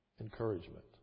encouragement